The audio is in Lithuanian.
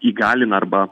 įgalina arba